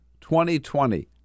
2020